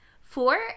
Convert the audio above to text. four